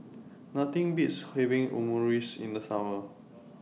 Nothing Beats having Omurice in The Summer